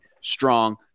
strong